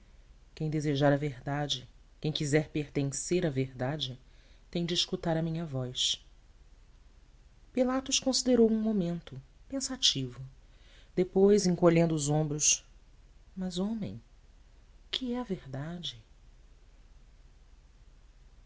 quem desejar a verdade quem quiser pertencer à verdade tem de escutar a minha voz pilatos considerou o um momento pensativo depois encolhendo os ombros mas homem o que é a verdade